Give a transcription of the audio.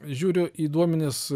žiūriu į duomenis